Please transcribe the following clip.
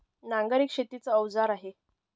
नांगर एक शेतीच अवजार आहे